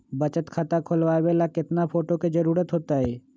बचत खाता खोलबाबे ला केतना फोटो के जरूरत होतई?